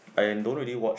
I don't really watch